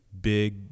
big